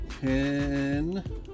ten